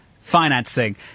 financing